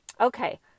okay